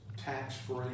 tax-free